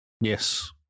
Yes